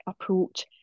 approach